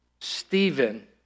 Stephen